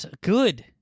good